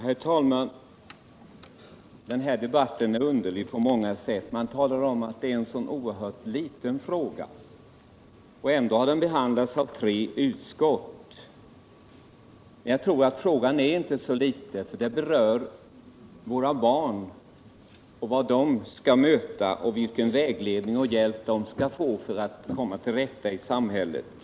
Herr talman! Den här debatten är underlig på många sätt. Man talar om att det är en oerhört liten fråga. Ändå har den behandlats av tre utskott. Jag anser att frågan inte är liten, för den berör våra barn, vad de skall möta och vilken vägledning och hjälp de skall få för att komma till rätta i samhället.